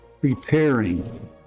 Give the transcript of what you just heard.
preparing